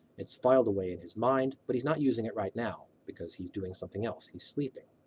it's filed away in his mind, but he's not using it right now because he's doing something else, he's sleeping.